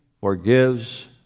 forgives